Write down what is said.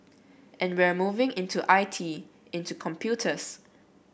and we're moving into I T into computers